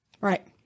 Right